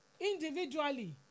individually